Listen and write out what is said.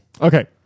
Okay